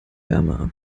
wärme